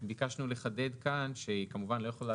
ביקשנו לחדד כאן שהיא כמובן לא יכולה